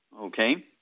Okay